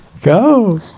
go